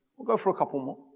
we'll go for a couple more.